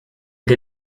que